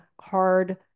hard